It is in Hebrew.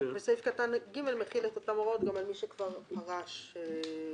--- וסעיף קטן (ג) מחיל את אותן הוראות על מי שכבר פרש לכאורה,